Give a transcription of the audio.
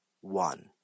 one